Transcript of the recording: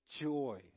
joy